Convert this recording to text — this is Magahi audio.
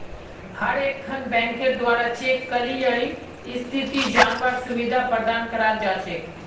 हर एकखन बैंकेर द्वारा चेक क्लियरिंग स्थिति जनवार सुविधा प्रदान कराल जा छेक